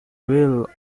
will